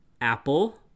Apple